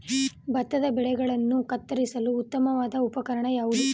ಭತ್ತದ ಬೆಳೆಗಳನ್ನು ಕತ್ತರಿಸಲು ಉತ್ತಮವಾದ ಉಪಕರಣ ಯಾವುದು?